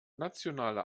nationale